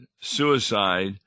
suicide